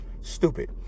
stupid